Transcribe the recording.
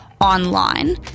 online